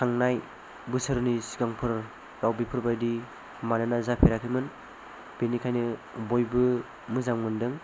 थांनाय बोसोरनै सिगांफोराव बेफोरबायदि मानोना जाफेराखैमोन बेनिखायनो बयबो मोजां मोनदों